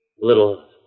little